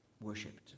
worshipped